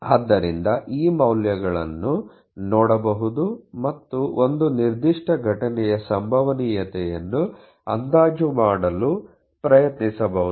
ಆದ್ದರಿಂದ ನೀವು ಈ ಮೌಲ್ಯಗಳನ್ನು ನೋಡಬಹುದು ಮತ್ತು ಒಂದು ನಿರ್ದಿಷ್ಟ ಘಟನೆಯ ಸಂಭವನೀಯತೆಯನ್ನು ಅಂದಾಜು ಮಾಡಲು ಪ್ರಯತ್ನಿಸಬಹುದು